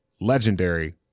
legendary